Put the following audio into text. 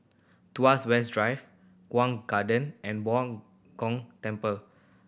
Tuas West Drive Chuan Garden and Bao Gong Temple